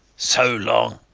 so long.